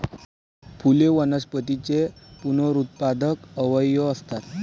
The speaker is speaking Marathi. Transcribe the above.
फुले वनस्पतींचे पुनरुत्पादक अवयव असतात